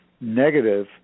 negative